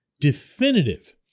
definitive